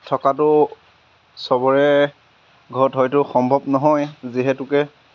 থকাটো চবৰে ঘৰত হয়তো সম্ভৱ নহয় যিহেতুকে